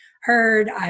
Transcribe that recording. heard